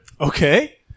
okay